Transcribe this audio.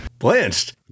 blanched